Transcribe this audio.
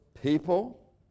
people